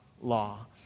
law